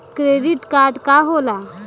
Credit card का होला?